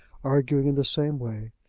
arguing in the same way,